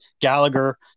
Gallagher